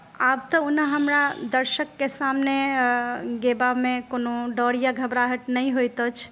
आब तऽ हमरा ओना हमरा दर्शकके सामने गयबामे कोनो डर या घबराहट नहि होइत अछि